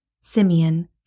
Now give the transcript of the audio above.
Simeon